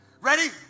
Ready